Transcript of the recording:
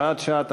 הוראת שעה),